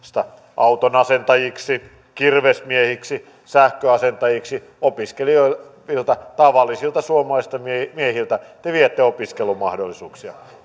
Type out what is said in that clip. autonasentajiksi kirvesmiehiksi sähköasentajiksi opiskelevilta tavallisilta suomalaisilta miehiltä te viette opiskelumahdollisuuksia